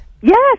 Yes